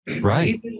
Right